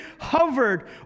hovered